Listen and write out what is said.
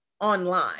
online